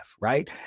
Right